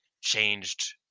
changed